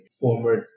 former